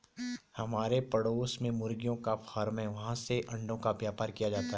हमारे पड़ोस में मुर्गियों का फार्म है, वहाँ से अंडों का व्यापार किया जाता है